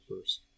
first